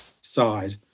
side